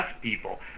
people